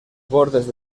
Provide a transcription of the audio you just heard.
bordes